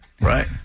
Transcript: Right